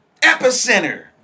epicenter